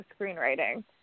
screenwriting